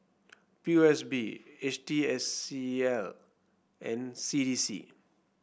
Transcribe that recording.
P O S B H T S C I and C D C